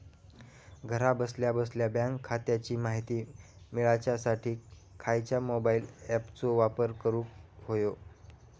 घरा बसल्या बसल्या बँक खात्याची माहिती मिळाच्यासाठी खायच्या मोबाईल ॲपाचो वापर करूक होयो?